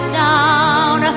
down